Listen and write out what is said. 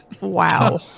Wow